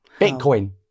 Bitcoin